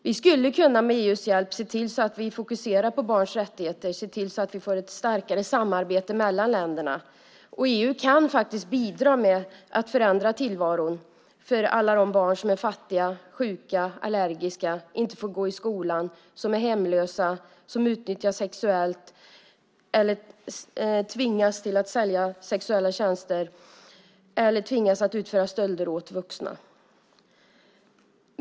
Vi skulle med EU:s hjälp kunna se till att vi fokuserar på barns rättigheter och får ett starkare samarbete mellan länderna. EU kan faktiskt bidra med att förändra tillvaron för alla de barn som är fattiga, sjuka, allergiska och för dem som inte får gå i skolan, är hemlösa, utnyttjas sexuellt, tvingas sälja sexuella tjänster eller tvingas utföra stölder åt vuxna.